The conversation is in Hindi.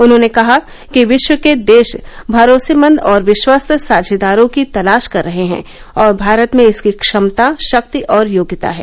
उन्होंने कहा कि विश्व के देश भरोसेमंद और विश्वस्त साझेदारों की तलाश कर रहे हैं और भारत में इसकी क्षमता शक्ति और योग्यता है